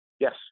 Yes